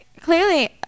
clearly